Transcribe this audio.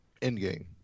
Endgame